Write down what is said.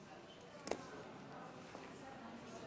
עד שלוש